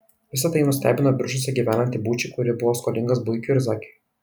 visa tai nustebino biržuose gyvenantį būčį kuri buvo skolingas buikui ir zakiui